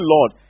Lord